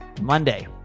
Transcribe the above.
monday